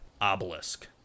obelisk